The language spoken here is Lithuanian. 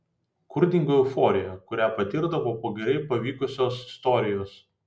kur dingo euforija kurią patirdavo po gerai pavykusios istorijos